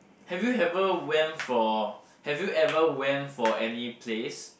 have you ever went for have you ever went for any place